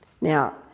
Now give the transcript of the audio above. now